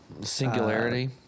Singularity